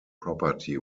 property